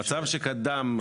המצב שקדם,